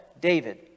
David